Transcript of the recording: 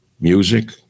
music